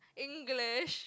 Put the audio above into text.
English